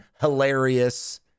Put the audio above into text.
hilarious